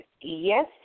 yes